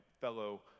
fellow